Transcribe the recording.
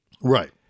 right